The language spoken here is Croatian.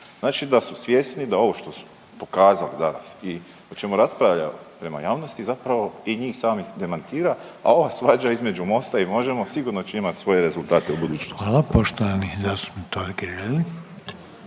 Znači da su svjesni da ovo što su pokazali danas i o čemu raspravlja prema javnosti zapravo i njih samih demantira, a ova svađa između MOST-a i Možemo sigurno će imati svoje rezultate u budućnosti. **Reiner, Željko